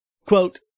Quote